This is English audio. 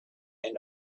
and